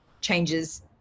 changes